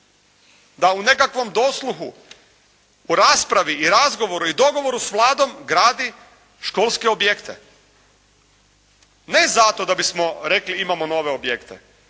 da u nekakvom dosluhu, u raspravi, dogovoru i razgovoru s Vladom gradi školske objekte. Ne zato da bismo rekli imamo nove objekte,